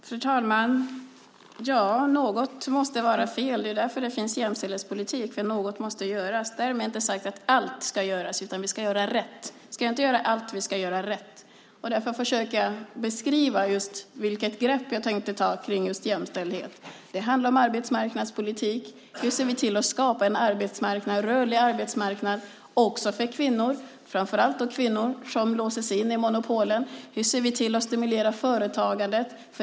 Fru talman! Ja, något måste vara fel. Det är därför det finns jämställdhetspolitik: för att något måste göras. Därmed inte sagt att allt ska göras. Vi ska inte göra allt, men vi ska göra rätt. Därför försökte jag beskriva vilket grepp jag tänker ta när det gäller jämställdhet. Det handlar om arbetsmarknadspolitik. Hur ser vi till att skapa en rörlig arbetsmarknad också för kvinnor och framför allt för de kvinnor som låses in i monopolen? Hur ser vi till att stimulera företagandet?